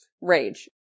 Rage